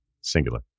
singular